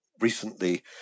recently